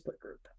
group